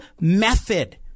method